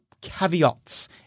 caveats